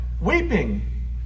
weeping